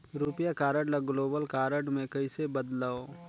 रुपिया कारड ल global card मे कइसे बदलव?